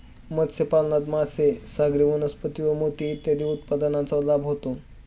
मत्स्यपालनात मासे, सागरी वनस्पती व मोती इत्यादी उत्पादनांचा लाभ होतो